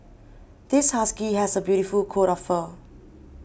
this husky has a beautiful coat of fur